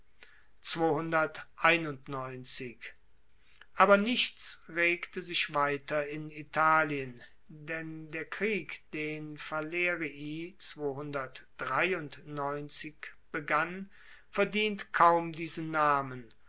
aber nichts regte sich weiter in italien denn der krieg den falerii begann verdient kaum diesen namen